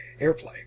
Airplay